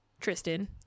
Tristan